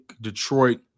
Detroit